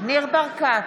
ניר ברקת,